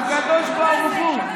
הקדוש ברוך הוא,